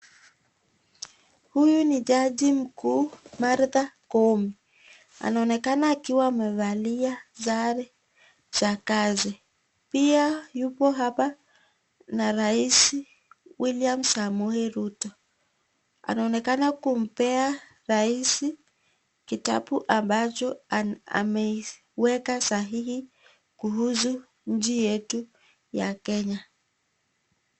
Huyu ni jaji mkuu Martha Koome, anaonekana akiwa amevalia sare za kazi. Pia yupo hapa na raisi William Samoi Ruto, anaonekana kumpea raisi kitabu ambacho ameweka sahihi kuhusu nchi yetu ya Kenya.